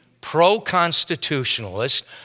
pro-constitutionalist